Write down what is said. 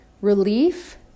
relief